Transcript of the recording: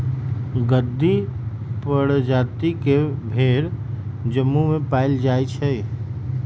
गद्दी परजाति के भेड़ जम्मू में पाएल जाई छई